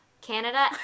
Canada